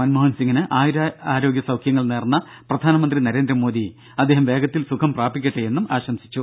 മൻമോഹൻ സിംഗിന് ആയുരാരോഗ്യ സൌഖ്യങ്ങൾ നേർന്ന പ്രധാനമന്ത്രി നരേന്ദ്ര മോദി അദ്ദേഹം വേഗത്തിൽ സുഖം പ്രാപിക്കട്ടെയെന്നും ആശംസിച്ചു